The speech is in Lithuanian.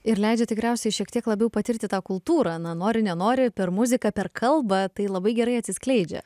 ir leidžia tikriausiai šiek tiek labiau patirti tą kultūrą na nori nenori per muziką per kalbą tai labai gerai atsiskleidžia